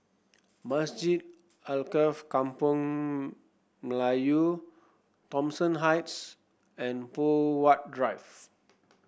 Masjid Alkaff Kampung Melayu Thomson Heights and Poh Huat Drive